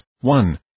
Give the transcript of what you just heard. one